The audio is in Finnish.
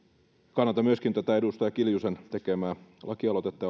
kannatan myöskin tätä edustaja kiljusen tekemää lakialoitetta